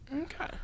Okay